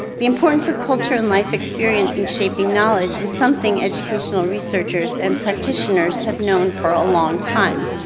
the importance of culture and life experience in shaping knowledge is something educational researchers and practitioners have known for a long time,